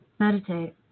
Meditate